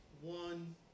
One